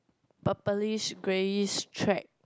purplish greyish track